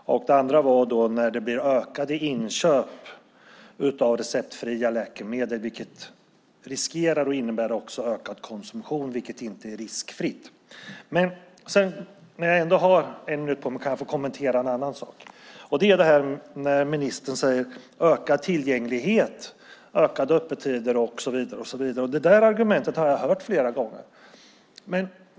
Det andra gällde ökade inköp av receptfria läkemedel, vilket riskerar att innebära ökad konsumtion, vilket inte är riskfritt. Jag vill kommentera en annan sak också. Ministern talar om ökad tillgänglighet och ökat öppethållande. Det argumentet har jag hört flera gånger.